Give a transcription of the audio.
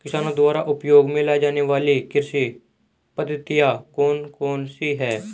किसानों द्वारा उपयोग में लाई जाने वाली कृषि पद्धतियाँ कौन कौन सी हैं?